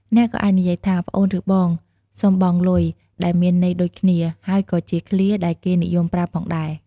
អ្នកក៏អាចនិយាយថា "ប្អូនឬបង សុំបង់លុយ" ដែលមានន័យដូចគ្នា ហើយក៏ជាឃ្លាដែលគេនិយមប្រើផងដែរ។